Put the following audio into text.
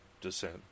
descent